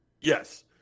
Yes